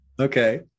Okay